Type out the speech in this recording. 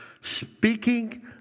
speaking